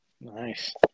Nice